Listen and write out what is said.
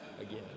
again